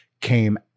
came